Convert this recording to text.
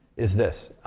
is this.